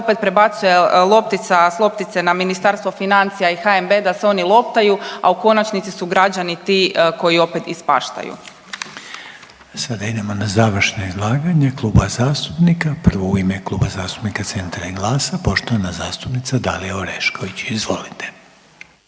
opet prebacuje loptica s loptice na Ministarstvo financije i HNB da se oni loptaju, a u konačnici su građani ti koji opet ispaštaju. **Reiner, Željko (HDZ)** Sada idemo na završna izlaganja klubova zastupnika, prvo u ime Kluba zastupnika Centra i GLAS-a poštovana zastupnica Dalija Orešković, izvolite.